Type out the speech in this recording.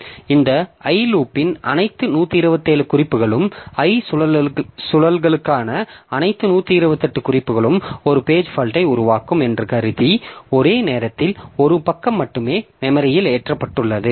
எனவே இந்த i லூப்பின் அனைத்து 127 குறிப்புகளும் i சுழல்களுக்கான அனைத்து 128 குறிப்புகளும் ஒரு பேஜ் பால்ட்யை உருவாக்கும் என்று கருதி ஒரே நேரத்தில் ஒரு பக்கம் மட்டுமே மெமரியில் ஏற்றப்பட்டுள்ளது